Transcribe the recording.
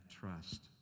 trust